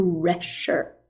pressure